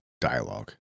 dialogue